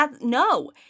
No